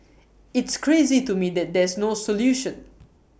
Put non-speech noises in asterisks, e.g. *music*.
*noise* it's crazy to me that there's no solution *noise*